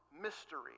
mystery